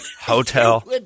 hotel